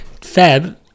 Fab